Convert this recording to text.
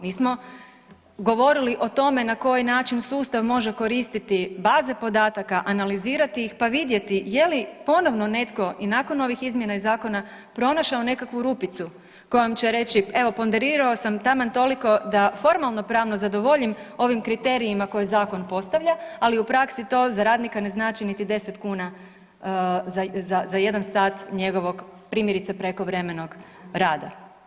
Mi smo govorili o tome na koji način sustav može koristiti baze podataka, analizirati ih pa vidjeti je li ponovno netko i nakon ovih izmjena i zakona pronašao nekakvu rupicu kojom će reći, evo, ponderirao sam taman toliko da formalno-pravno zadovoljim ovim kriterijima koje zakon postavlja, ali u praksi to za radnika ne znači niti 10 kuna za 1 sat njegovog, primjerice, prekovremenog rada.